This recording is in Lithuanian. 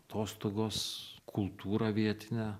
atostogos kultūra vietinė